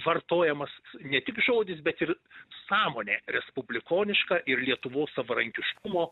vartojamas ne tik žodis bet ir sąmonė respublikoniška ir lietuvos savarankiškumo